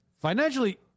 financially